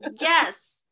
yes